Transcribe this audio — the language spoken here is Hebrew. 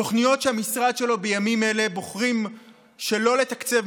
התוכניות שהמשרד שלו בוחר בימים אלה שלא לתקצב,